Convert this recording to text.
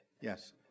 Yes